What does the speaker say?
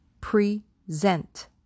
present